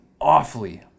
awfully